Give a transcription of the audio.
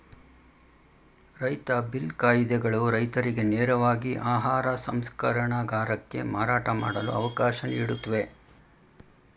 ರೈತ ಬಿಲ್ ಕಾಯಿದೆಗಳು ರೈತರಿಗೆ ನೇರವಾಗಿ ಆಹಾರ ಸಂಸ್ಕರಣಗಾರಕ್ಕೆ ಮಾರಾಟ ಮಾಡಲು ಅವಕಾಶ ನೀಡುತ್ವೆ